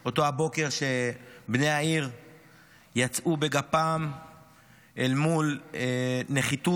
אותו בוקר שבני העיר יצאו בגפם אל מול נחיתות